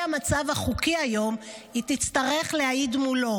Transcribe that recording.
לפי המצב החוקי היום היא תצטרך להעיד מולו,